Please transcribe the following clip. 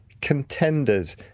contenders